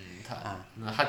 ah